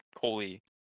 holy